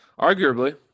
Arguably